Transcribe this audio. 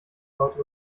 leute